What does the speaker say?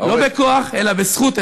לא בכוח אלא בזכות,